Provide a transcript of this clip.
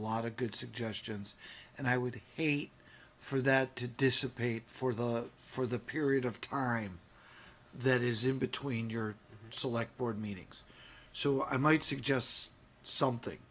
lot of good suggestions and i would hate for that to dissipate for the for the period of tarim that is in between your select board meetings so i might suggests something